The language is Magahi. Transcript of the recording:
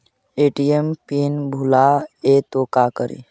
ए.टी.एम पिन भुला जाए तो का करी?